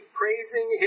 praising